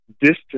distance